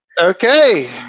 Okay